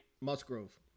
Musgrove